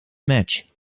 match